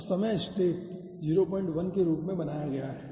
तो समय स्टेप 01 के रूप में बनाया गया है